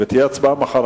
ותהיה הצבעה מחר.